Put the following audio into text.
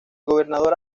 gobernador